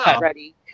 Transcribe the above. ready